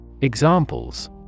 Examples